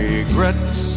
Regrets